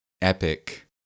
epic